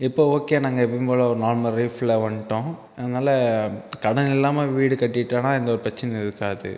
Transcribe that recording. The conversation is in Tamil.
இப்போ ஓகே நாங்கள் எப்பையும் போல ஒரு நார்மல் லைஃப்பில் வன்ட்டோம் அதனால கடன் இல்லாமல் வீடு கட்டிடோனால் எந்த ஒரு பிரச்சினையும் இருக்காது